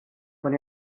con